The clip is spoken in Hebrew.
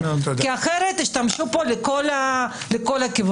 כי אחרת ישתמשו פה לכל הכיוונים.